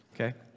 Okay